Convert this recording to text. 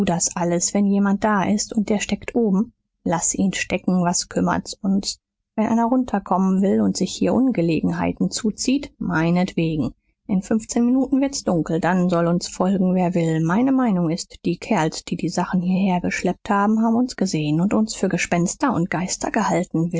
das alles wenn jemand da ist und er steckt oben laß ihn stecken was kümmert's uns wenn einer runter kommen will und sich hier ungelegenheiten zuzieht meinetwegen in fünfzehn minuten wird's dunkel dann soll uns folgen wer will meine meinung ist die kerls die die sachen hierher geschleppt haben haben uns gesehen und uns für gespenster und geister gehalten